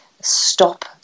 stop